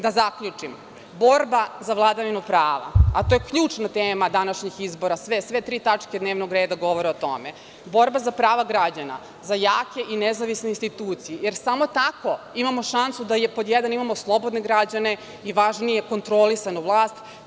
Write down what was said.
Da zaključim, borba za vladavinu prava, a to je ključna tema današnjih izbora, sve tri tačke dnevnog reda govore o tome, borba za prava građana, za jake i nezavisne institucije, jer samo tako imamo šansu da, pod jedan, imamo slobodne građane i, važnije, kontrolisanu vlast.